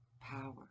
power